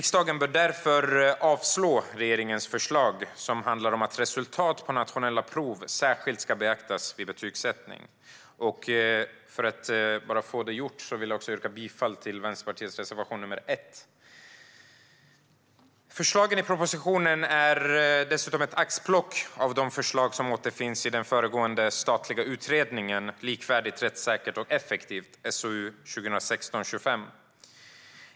Riksdagen bör därför avslå regeringens förslag som handlar om att resultat på nationella prov särskilt ska beaktas vid betygssättning. För att få det gjort vill jag också yrka bifall till Vänsterpartiets reservation nr 1. Förslagen i propositionen är dessutom ett axplock av de förslag som återfinns i den föregående statliga utredningen Likvärdigt, rättssäkert och effektivt - ett nytt nationellt system för kunskapsbedömning .